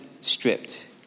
stripped